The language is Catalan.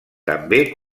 també